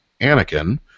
Anakin